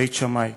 בית שמאי.